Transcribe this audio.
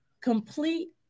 complete